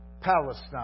Palestine